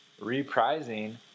reprising